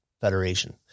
Federation